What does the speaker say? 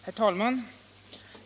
Herr talman!